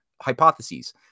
hypotheses